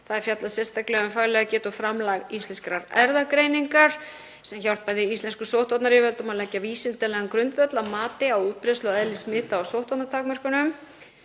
Það er fjallað sérstaklega um faglega getu og framlag Íslenskrar erfðagreiningar sem hjálpaði íslenskum sóttvarnayfirvöldum að leggja vísindalegan grundvöll að mati á útbreiðslu og eðli smita og sóttvarnatakmörkunum.